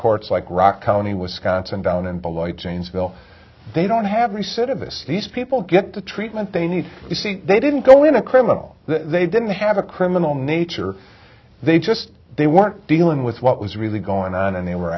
courts like rock county wisconsin down and boy janesville they don't have any sort of this these people get the treatment they need you see they didn't go in a criminal they didn't have a criminal nature they just they weren't dealing with what was really going on and they were